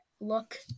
look